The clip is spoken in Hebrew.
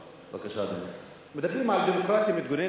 דיברת כאן ברצף,